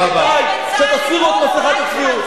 שתסירו את מסכת הצביעות.